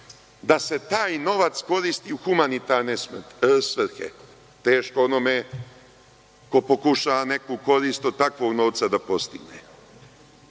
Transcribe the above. da se taj novac koristi u humanitarne svrhe. Teško onome ko pokušava neku korist od takvog novca da postigne.